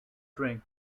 drink